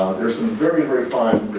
there's some very, very fine